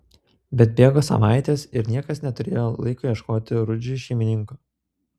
bet bėgo savaitės ir niekas neturėjo laiko ieškoti rudžiui šeimininko